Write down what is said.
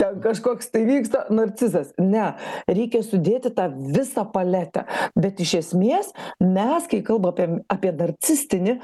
ten kažkoks tai vyksta narcizas ne reikia sudėti tą visą paletę bet iš esmės mes kai kalba apiem apie narcistinį